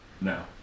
No